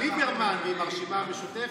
עם ליברמן ועם הרשימה המשותפת.